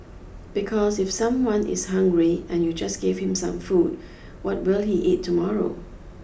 because if someone is hungry and you just give him some food what will he eat tomorrow